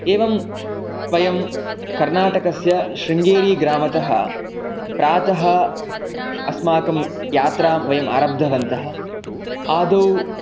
एवं वयं कर्णाटकस्य शृङ्गेरीग्रामतः प्रातः अस्माकं यात्रां वयम् आरब्धवन्तः आदौ